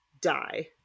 die